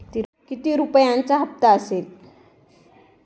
किती रुपयांचा हप्ता असेल?